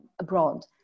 abroad